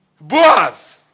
Boaz